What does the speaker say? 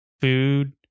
food